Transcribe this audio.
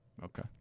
Okay